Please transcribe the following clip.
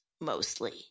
mostly